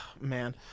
Man